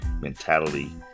mentality